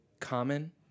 common